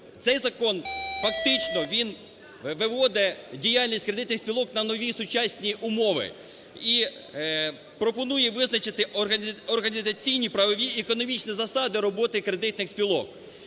цей закон, фактично він виводить діяльність кредитних спілок на нові сучасні умови і пропонує визначити організаційні, правові, економічні засади роботи кредитних спілок.